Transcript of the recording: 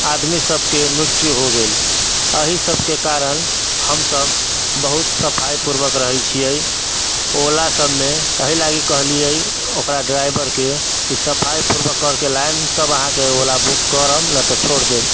आदमी सभके मृत्यु हो गेल एहि सभके कारण हम सभ बहुत सफाइ पूर्वक रहैत छिऐ ओला सभमे एहि लागि कहलिऐ ओकरा ड्राइभरके कि सफाइ पूर्वक करके लाएब तब अहाँकेँ ओला बुक करब नहि तऽ छोड़ देब